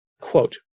Quote